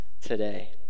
today